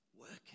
working